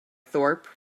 thorpe